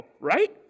right